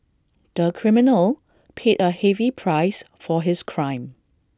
the criminal paid A heavy price for his crime